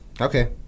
Okay